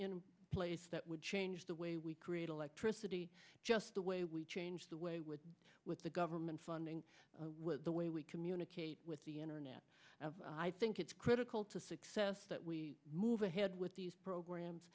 in place that would change the way we create electricity just the way we changed the way with with the government funding the way we communicate with the internet i think it's critical to success that we move ahead with these programs